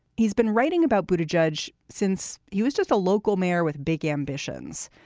he's been writing about buda judge since he was just a local mayor with big ambitions.